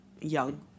young